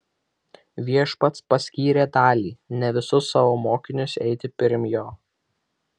viešpats paskyrė dalį ne visus savo mokinius eiti pirm jo